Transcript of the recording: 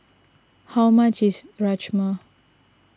how much is Rajma